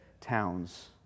towns